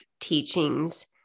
teachings